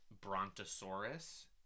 Brontosaurus